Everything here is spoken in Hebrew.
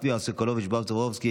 יואב סגלוביץ',